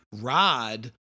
Rod